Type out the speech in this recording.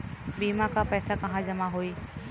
बीमा क पैसा कहाँ जमा होई?